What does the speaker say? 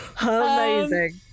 Amazing